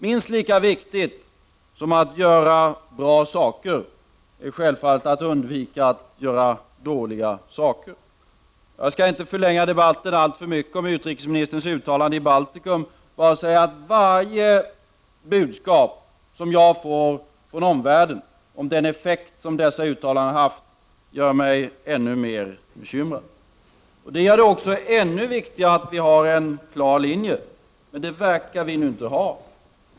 Minst lika viktigt som att göra bra saker är självfallet att undvika att göra dåliga saker. Jag skall inte förlänga debatten alltför mycket om utrikesministerns uttalanden i Baltikum, men jag skall säga att varje budskap som jag får från omvärlden om den effekt som dessa uttalanden har haft gör mig ännu mer bekymrad. Då är det ännu viktigare att vi har en klar linje. Men det verkar vi nu inte ha.